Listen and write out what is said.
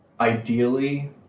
Ideally